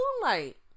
Moonlight